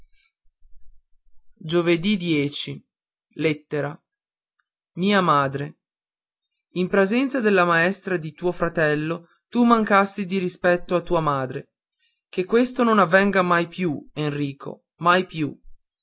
povera amica mia madre godo n presenza della maestra di tuo fratello tu mancasti di rispetto a tua madre che questo non avvenga mai più enrico mai più